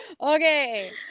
Okay